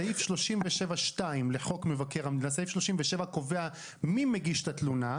סעיף 37 לחוק מבקר המדינה קובע מי מגיש את התלונה.